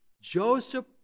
Joseph